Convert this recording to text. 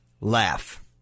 laugh